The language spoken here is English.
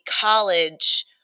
college